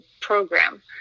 program